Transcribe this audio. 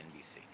NBC